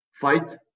Fight